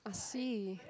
I see